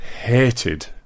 Hated